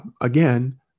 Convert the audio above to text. again